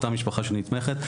אותה משפחה שנתמכת,